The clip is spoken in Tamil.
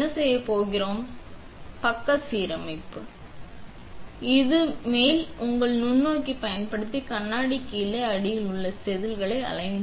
நாம் இப்போது என்ன செய்யப் போகிறோம் என்பது மேல் பக்க சீரமைப்பு ஆகும் இது மேல் உள்ள நுண்ணோக்கி பயன்படுத்தி கண்ணாடி கீழே அடியில் உள்ள செதில் align